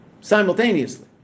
Simultaneously